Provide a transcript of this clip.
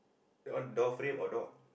that one door frame or door